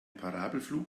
parabelflug